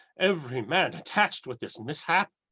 every man attached with this mishap?